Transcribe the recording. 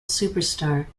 superstar